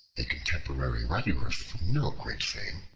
a contemporary writer of no great name,